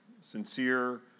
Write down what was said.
sincere